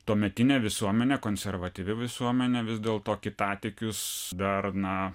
tuometinė visuomenė konservatyvi visuomenė vis dėlto kitatikius dar na